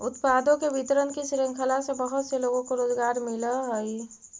उत्पादों के वितरण की श्रृंखला से बहुत से लोगों को रोजगार मिलअ हई